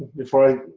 before i.